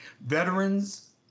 Veterans